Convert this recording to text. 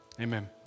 Amen